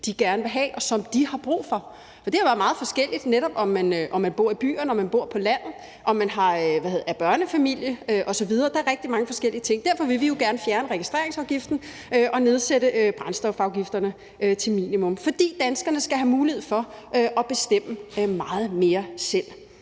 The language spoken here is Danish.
de gerne vil have, og som de har brug for, for det kan jo netop være meget forskelligt, alt efter om man bor i byerne, om man bor på landet, om man er børnefamilie osv. Der er rigtig mange forskellige ting, og derfor vil vi jo gerne fjerne registreringsafgiften og nedsætte brændstofafgifterne til et minimum. For danskerne skal have mulighed for at bestemme meget mere selv.